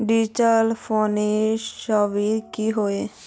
Digital financial services की होय?